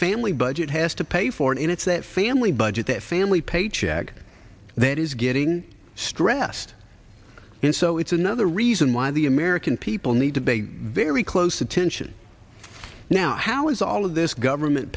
family budget has to pay for it and it's that family budget that family paycheck that is getting stressed and so it's another reason why the american people need to be very close attention now how is all of this government